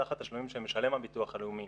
וסך התשלומים שמשלם הביטוח הלאומי